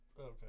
okay